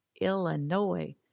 Illinois